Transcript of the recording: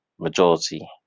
Majority